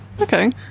Okay